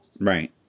Right